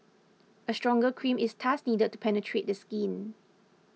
a stronger cream is thus needed to penetrate the skin